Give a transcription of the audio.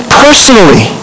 personally